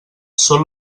són